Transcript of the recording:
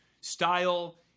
style